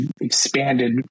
expanded